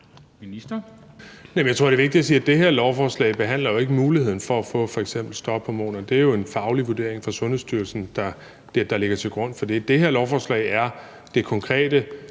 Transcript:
det her lovforslag jo ikke behandler muligheden for at få f.eks. stophormonerne. Det er jo en faglig vurdering fra Sundhedsstyrelsen, der ligger til grund for det. Det her lovforslag drejer sig om det konkrete